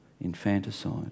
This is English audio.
infanticide